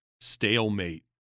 stalemate